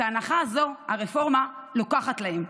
את ההנחה הזו הרפורמה לוקחת להם.